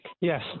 yes